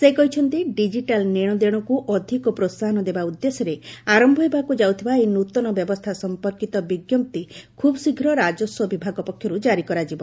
ସେ କହିଛନ୍ତି ଡିଜିଟାଲ୍ ନେଶଦେଶକୁ ଅଧିକ ପ୍ରୋହାହନ ଦେବା ଉଦ୍ଦେଶ୍ୟରେ ଆରୟ ହେବାକୁ ଯାଉଥିବା ଏହି ନୃତନ ବ୍ୟବସ୍ଥା ସଫପର୍କିତ ବିଜ୍ଞପ୍ତି ଖୁବ୍ଶୀଘ୍ର ରାଜସ୍ୱ ବିଭାଗ ପକ୍ଷରୁ ଜାରି କରାଯିବ